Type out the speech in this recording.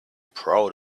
proud